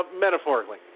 Metaphorically